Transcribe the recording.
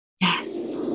Yes